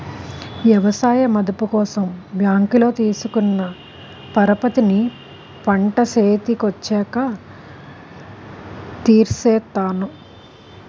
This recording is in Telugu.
ఎవసాయ మదుపు కోసం బ్యాంకులో తీసుకున్న పరపతిని పంట సేతికొచ్చాక తీర్సేత్తాను